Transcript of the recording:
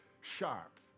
sharp